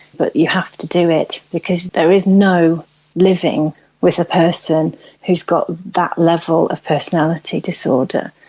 but you have to do it because there is no living with a person who has got that level of personality disorder.